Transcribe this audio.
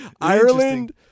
Ireland